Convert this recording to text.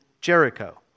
Jericho